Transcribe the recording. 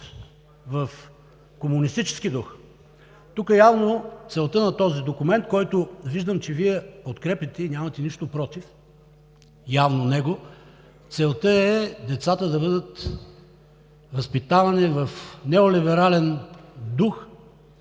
в комунистически дух. Явно целта на този документ, който, виждам, че Вие подкрепяте и нямате нищо против него, е децата да бъдат възпитавани в неолиберален дух,